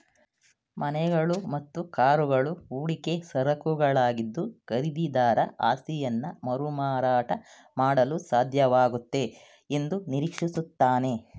ಮನೆಗಳು ಮತ್ತು ಕಾರುಗಳು ಹೂಡಿಕೆ ಸರಕುಗಳಾಗಿದ್ದು ಖರೀದಿದಾರ ಆಸ್ತಿಯನ್ನಮರುಮಾರಾಟ ಮಾಡಲುಸಾಧ್ಯವಾಗುತ್ತೆ ಎಂದುನಿರೀಕ್ಷಿಸುತ್ತಾನೆ